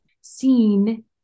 seen